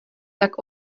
tak